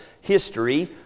history